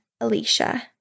Alicia